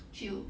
就